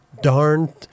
Darn